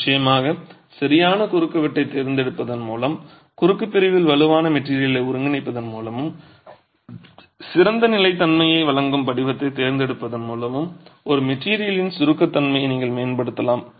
நிச்சயமாக சரியான குறுக்குவெட்டைத் தேர்ந்தெடுப்பதன் மூலமும் குறுக்கு பிரிவில் வலுவான மெட்டிரியலை ஒருங்கிணைப்பதன் மூலமும் சிறந்த நிலைத்தன்மையை வழங்கும் படிவத்தைத் தேர்ந்தெடுப்பதன் மூலமும் ஒரு மெட்டிரியலின் சுருக்க தன்மையை நீங்கள் மேம்படுத்தலாம்